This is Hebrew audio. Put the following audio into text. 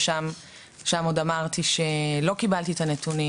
ושם עוד אמרתי שלא קיבלתי את הנתונים.